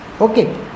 okay